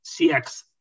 CX